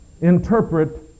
interpret